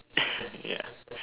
yeah